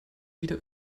wieder